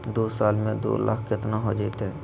दू साल में दू लाख केतना हो जयते?